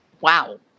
wow